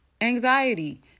anxiety